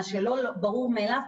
מה שלא ברור מאליו,